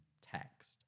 text